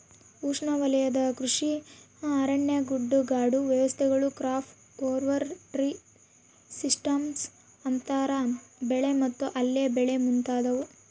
ಉಷ್ಣವಲಯದ ಕೃಷಿ ಅರಣ್ಯ ಗುಡ್ಡಗಾಡು ವ್ಯವಸ್ಥೆಗಳು ಕ್ರಾಪ್ ಓವರ್ ಟ್ರೀ ಸಿಸ್ಟಮ್ಸ್ ಅಂತರ ಬೆಳೆ ಮತ್ತು ಅಲ್ಲೆ ಬೆಳೆ ಮುಂತಾದವು